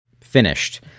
finished